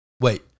Wait